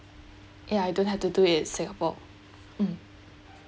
ya you don't have to do it in singapore mm